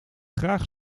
graag